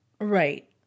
Right